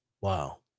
Wow